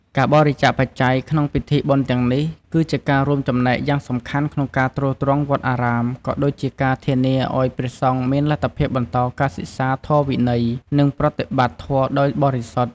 ការបរិច្ចាគបច្ច័យក្នុងពិធីបុណ្យទាំងនេះ គឺជាការរួមចំណែកយ៉ាងសំខាន់ក្នុងការទ្រទ្រង់វត្តអារាម ក៏ដូចជាការធានាឱ្យព្រះសង្ឃមានលទ្ធភាពបន្តការសិក្សាធម៌វិន័យ និងប្រតិបត្តិធម៌ដោយបរិសុទ្ធ។